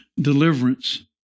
Deliverance